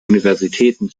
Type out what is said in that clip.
universitäten